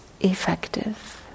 effective